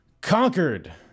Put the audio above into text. conquered